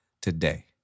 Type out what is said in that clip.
Today